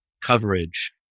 coverage